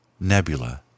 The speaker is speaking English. Nebula